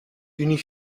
unie